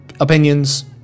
opinions